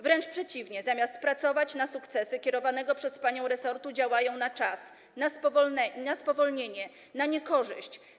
Wręcz przeciwnie, zamiast pracować na sukcesy kierowanego przez panią resortu, działają na czas, na spowolnienie, na niekorzyść.